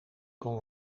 kon